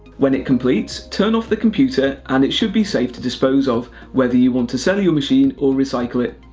when it completes, turn off the computer, and it should be safe to dispose of whether you want to sell the machine or recycle it.